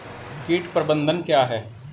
कीट प्रबंधन क्या है?